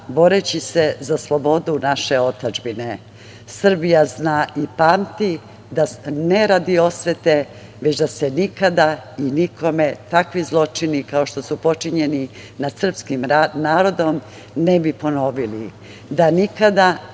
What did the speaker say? boreći se za slobodu naše otadžbine. Srbija zna i pamti, ne radi osvete, već da se nikada i nikome takvi zločini, kao što su počinjeni na srpskim narodom, ne bi ponovili, da nikada